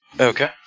Okay